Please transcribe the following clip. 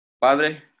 Padre